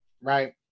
Right